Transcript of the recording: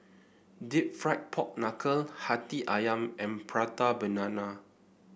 deep fried Pork Knuckle hati ayam and Prata Banana